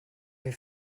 they